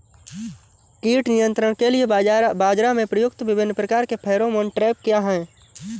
कीट नियंत्रण के लिए बाजरा में प्रयुक्त विभिन्न प्रकार के फेरोमोन ट्रैप क्या है?